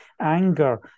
anger